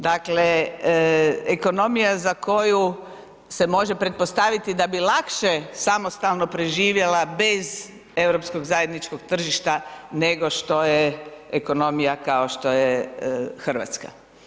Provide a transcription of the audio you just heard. Dakle ekonomija za koju se može pretpostaviti da bi lakše samostalno preživjela bez europskog zajedničkog tržišta nego što je ekonomija kao što je Hrvatska.